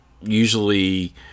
Usually